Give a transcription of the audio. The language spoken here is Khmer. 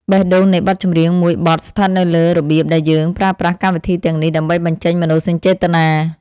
បេះដូងនៃបទចម្រៀងមួយបទស្ថិតនៅលើរបៀបដែលយើងប្រើប្រាស់កម្មវិធីទាំងនេះដើម្បីបញ្ចេញមនោសញ្ចេតនា។